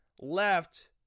left